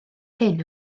hyn